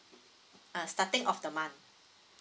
uh starting of the month